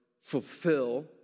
fulfill